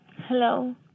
Hello